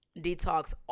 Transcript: detox